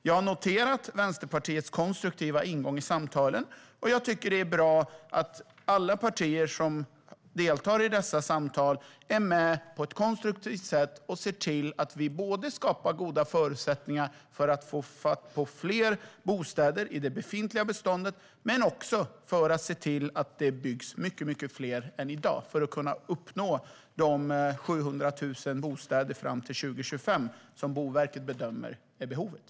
Jag har noterat Vänsterpartiets konstruktiva ingång i samtalen. Och jag tycker att det är bra att alla partier som deltar i dessa samtal är med på ett konstruktivt sätt och ser till att vi skapar goda förutsättningar för att få fatt på fler bostäder i det befintliga beståndet men också för att se till att det byggs mycket mer än i dag så att vi kan uppnå de 700 000 bostäder fram till 2025 som Boverket bedömer är behovet.